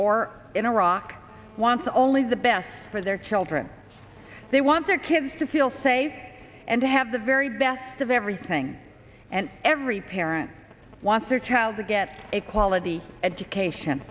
or in iraq wants only the best for their children they want their kids to feel safe and to have the very best of everything and every parent wants their child to get a quality education